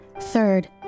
Third